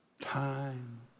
time